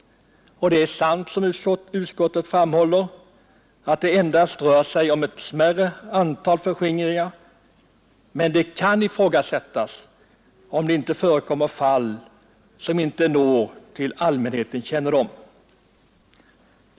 Det är sant, som utskottet anför, att det endast rör sig om ett smärre antal förskingringar, men det kan ifrågasättas om det inte förekommer fall som inte kommer till allmänhetens kännedom.